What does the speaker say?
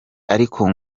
ariko